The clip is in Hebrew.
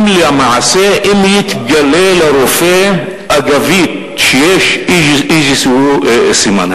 הם למעשה, אם יתגלה לרופא, אגבית, שיש איזה סימן.